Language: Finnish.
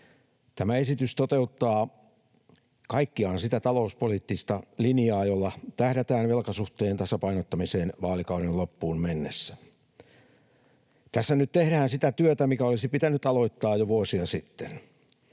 Tämä esitys toteuttaa kaikkiaan sitä talouspoliittista linjaa, jolla tähdätään velkasuhteen tasapainottamiseen vaalikauden loppuun mennessä. Tässä nyt tehdään sitä työtä, mikä olisi pitänyt aloittaa jo vuosia sitten.